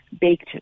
baked